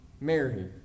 Mary